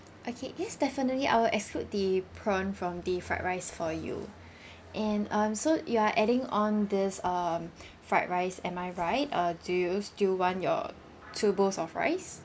okay yes definitely I will exclude the prawn from the fried rice for you and um so you are adding on this um fried rice am I right or do you still want your two bowls of rice